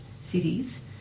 cities